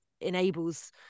enables